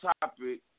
topic